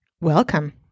Welcome